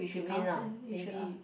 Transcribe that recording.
he win not maybe